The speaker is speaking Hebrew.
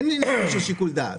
אין עניין של שיקול דעת.